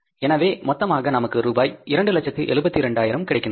எனவே மொத்தமாக நமக்கு ரூபாய் 272000 கிடைக்கின்றது